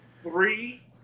three